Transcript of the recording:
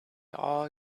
all